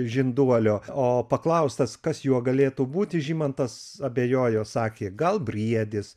žinduolio o paklaustas kas juo galėtų būti žymantas abejojo sakė gal briedis